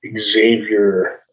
Xavier